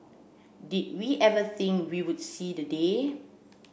did we ever think we would see the day